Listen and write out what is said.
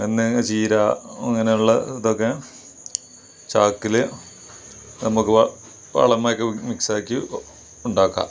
എന്നേ ചീര ഇങ്ങനെയുള്ള ഇതൊക്കെ ചാക്കിൽ നമുക്ക് വളമൊക്കെ മിക്സ് ആക്കി ഉണ്ടാക്കാം